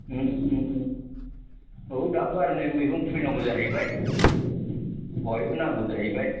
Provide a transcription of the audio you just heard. औ दाथ' आर नै मैगं खुबैनांगौ जाहैबाय बेहायबो नांगौ जाहैबाय